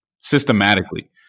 Systematically